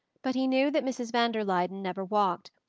but he knew that mrs. van der luyden never walked,